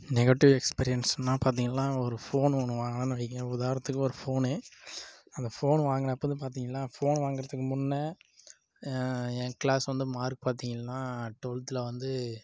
negative எக்ஸ்பீரியன்ஸ்னால் பார்த்தீங்கள்னா ஒரு ஃபோன் ஒன்று வாங்கினேன்னு வைங்க உதாரணத்துக்கு ஒரு ஃபோனு அந்த ஃபோனு வாங்குனேன் அப்போது பார்த்தீங்கள்னா ஃபோன் வாங்கறதுக்கு முன்னே என் கிளாஸ் வந்து மார்க் பார்த்தீங்கள்னா டுவெல்த்தில் வந்து